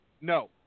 No